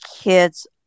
kids